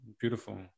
beautiful